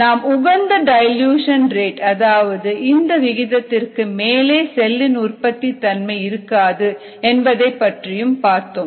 நாம் உகந்த dilution rate அதாவது இந்த விகிதத்திற்கு மேலே செல்லின் உற்பத்தி தன்மை இருக்காது பற்றி பார்த்தோம்